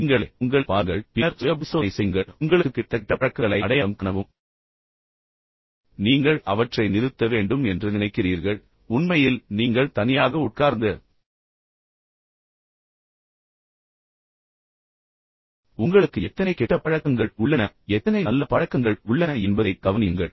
நீங்களே உங்களை பாருங்கள் பின்னர் சுயபரிசோதனை செய்யுங்கள் உங்களுக்கு கிடைத்த கெட்ட பழக்கங்களை அடையாளம் காணவும் நீங்கள் அவற்றை நிறுத்த வேண்டும் என்று நினைக்கிறீர்கள் உண்மையில் நீங்கள் தனியாக உட்கார்ந்து பின்னர் உங்களுக்கு எத்தனை கெட்ட பழக்கங்கள் உள்ளன எத்தனை நல்ல பழக்கங்கள் உள்ளன என்பதைக் கவனியுங்கள்